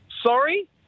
Sorry